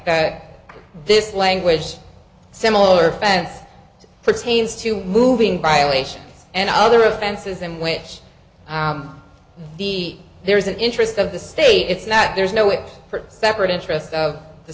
that this language similar offense pertains to moving violations and other offenses in which the there is an interest of the state it's not there's no way for separate interests of the